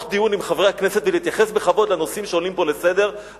דיון עם חברי הכנסת ולהתייחס בכבוד לנושאים שעולים פה לסדר-היום,